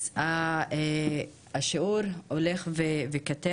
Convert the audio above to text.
אז השיעור כמובן הולך וקטן.